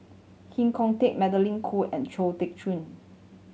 Heng Khoo Tian Magdalene Khoo and Chong Tze Chien